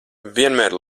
vienmēr